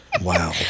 Wow